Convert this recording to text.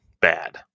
bad